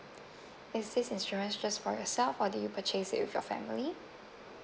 is this insurance just for yourself or do you purchase it with your family